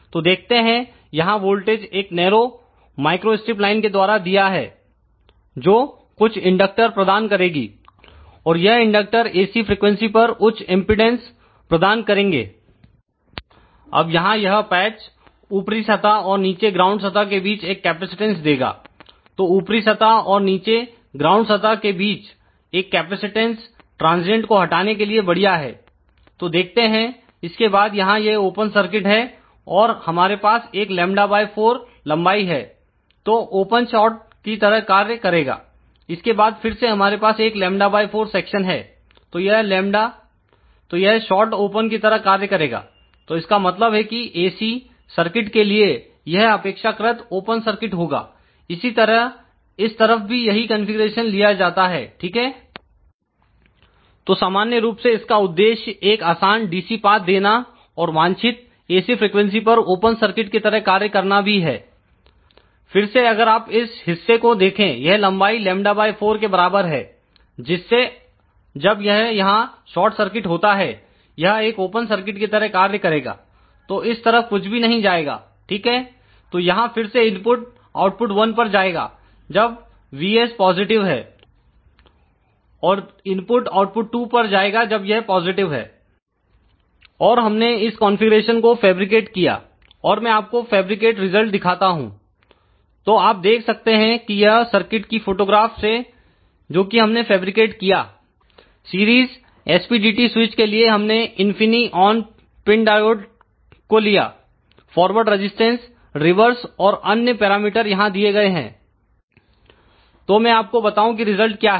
तो देखते हैं यहां वोल्टेज एक नैरो माइक्रोस्ट्रिपलाइन के द्वारा दिया है जो कुछ इंडक्टर प्रदान करेगी और यह इंडक्टर AC फ्रीक्वेंसी पर उच्च एमपीडांस प्रदान करेंगे अब यहां यह पेच ऊपरी सतह और नीचे ग्राउंड सतह के बीच एक कैपेसिटेंस देगा तो ऊपरी सतह और नीचे ग्राउंड सतह के बीच एक कैपेसिटेंस ट्रांजियंट को हटाने के लिए बढ़िया है तो देखते हैं इसके बाद यहां यह ओपन सर्किट है और हमारे पास एक λ4 लंबाई है तो ओपन शार्ट की तरह कार्य करेगा इसके बाद फिर से हमारे पास एक λ4 सेक्शन है तो यह शार्ट ओपन की तरह कार्य करेगा तो इसका मतलब है कि AC सर्किट के लिए यह अपेक्षाकृत ओपन सर्किट होगा इसी तरह इस तरफ भी यही कॉन्फ़िगरेशन लिया जाता है ठीक है तो सामान्य रूप से इसका उद्देश्य एक आसान DC पाथ देना और वांछित AC फ्रीक्वेंसी पर ओपन सर्किट की तरह कार्य करना भी है फिर से अगर आप इस हिस्से को देखें यह लंबाई λ4 के बराबर है जिससे जब यह यहां शॉर्ट सर्किट होता है यह एक ओपन सर्किट की तरह कार्य करेगा तो इस तरफ कुछ भी नहीं जाएगा ठीक है तो यहां फिर से इनपुट आउटपुट 1 पर जाएगा जब Vs पॉजिटिव है और इनपुट आउटपुट 2 पर जाएगा जब यह पॉजिटिव है तो हमने इस कॉन्फ़िगरेशन को फैब्रिकेट किया और मैं आपको फैब्रिकेट रिजल्ट दिखाता हूं तो आप देख सकते हैं कि यह सर्किट की फोटोग्राफ से जो कि हमने फैब्रिकेट किया सीरीज SPDT स्विच के लिए हमने इनफिनीऑन पिन डायोड को लिया फॉरवर्ड रजिस्टेंस रिवर्स और अन्य पैरामीटर यहां दिए गए हैं तो मैं आपको बताऊं कि रिजल्ट क्या है